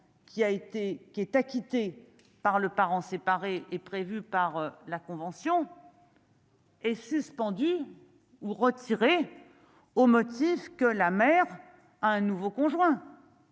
qui est acquitté par le parent séparé est prévu par la convention. Est suspendue ou retirée au motif que la mer à un nouveau conjoint,